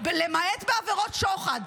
למעט בעבירות שוחד,